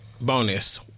Bonus